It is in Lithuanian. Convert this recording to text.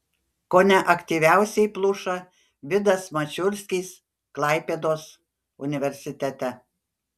kone aktyviausiai pluša vidas mačiulskis klaipėdos universitete